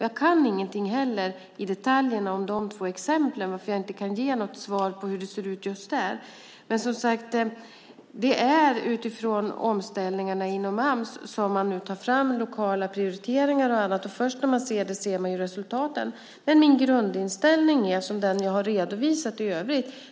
Jag kan inte heller någonting om detaljerna i de två exemplen, varför jag inte kan ge något svar på hur det ser ut just där. Men det är, som sagt, utifrån omställningarna inom Ams som man nu tar fram lokala prioriteringar och annat. Först när man ser dem ser man ju resultaten. Men min grundinställning är den som jag har redovisat i övrigt.